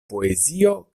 poezio